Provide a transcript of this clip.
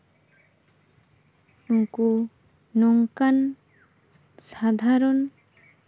ᱩᱱᱠᱩ ᱱᱚᱝᱠᱟᱱ ᱥᱟᱫᱷᱟᱨᱚᱱ